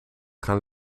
gaan